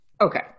okay